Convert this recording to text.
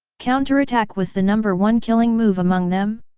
counterattack was the number one killing move among them?